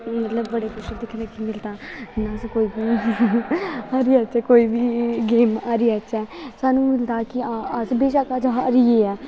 मतलब बड़ा कुश दिक्खने गी मिलदा अस कोई हारी जाच्चै कोई बी गेम हारी जाच्चै सानूं मिलदा कि हां अस बेशक्क अज्ज हारियै ऐं